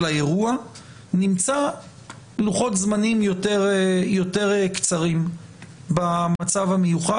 האירוע נמצא לוחות זמנים יותר קצרים במצב המיוחד,